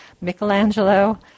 Michelangelo